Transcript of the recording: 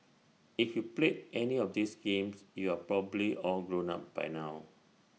if you played any of these games you are probably all grown up now